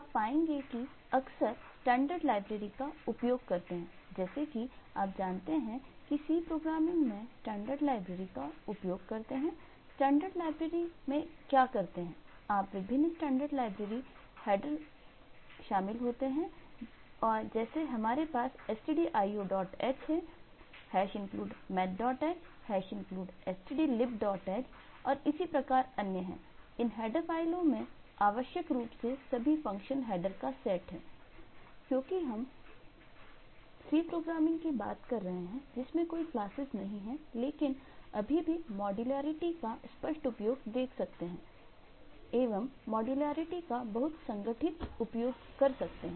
आप पाएंगे कि हम अक्सर स्टैंडर्ड लाइब्रेरी का बहुत संगठित उपयोग कर सकते हैं